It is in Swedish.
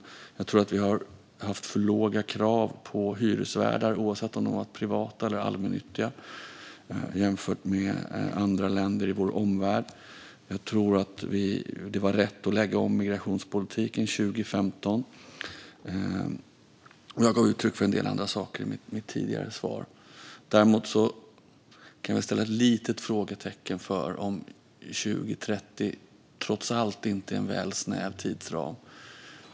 Jag tror också att vi har haft för låga krav på hyresvärdar, oavsett om de varit privata eller allmännyttiga, jämfört med andra länder i vår omvärld. Jag tror att det var rätt att lägga om migrationspolitiken 2015. Jag gav uttryck för en del andra saker i mitt tidigare svar. Däremot kan jag ställa ett litet frågetecken för om 2030 trots allt inte är en väl snäv tidsram.